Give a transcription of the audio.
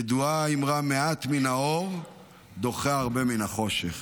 ידועה האמרה: מעט מן האור דוחה הרבה מן החושך.